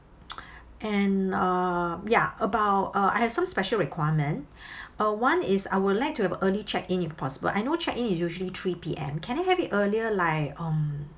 and uh ya about uh I have some special requirement uh one is I would like to have early check in if possible I know check in is usually three P_M can have it earlier like um